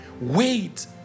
Wait